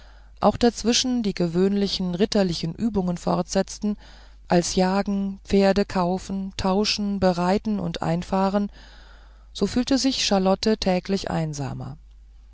auch dazwischen die gewöhnlichen ritterlichen übungen fortsetzten als jagen pferdekaufen tauschen bereiten und einfahren so fühlte sich charlotte täglich einsamer